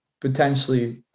potentially